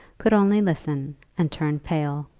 could only listen and turn pale.